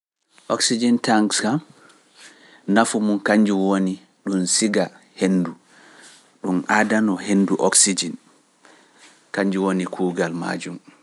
Oxygene tanks kam nafu mum kannjum woni, ɗum siga henndu ɗum aadanoo henndu oxygene kannjum woni kuugal maajum.